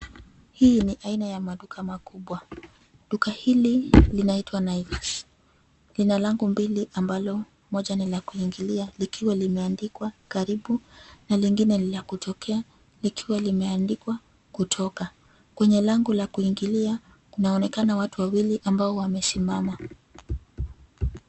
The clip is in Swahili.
Hii ni aina ya maduka makubwa. Duka hili linaitwa Naivas . Lina lango mbili ambalo moja ni la kuingilia likiwa limeandikwa karibu na lingine la kutoka likiwa limeandikwa kutoka. Kwenye lango la kuingilia kunaonekana watu wawili ambao wamesimama.